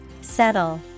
Settle